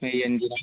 May അഞ്ചിനോ